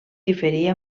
diferir